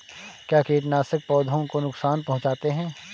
क्या कीटनाशक पौधों को नुकसान पहुँचाते हैं?